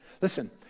Listen